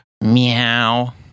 Meow